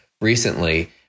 Recently